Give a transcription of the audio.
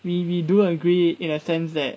we we do agree in a sense that